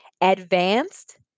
advanced